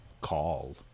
call